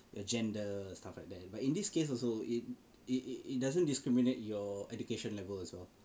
your gender stuff like that but in this case also it it it it doesn't discriminate your education level as well